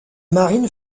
marine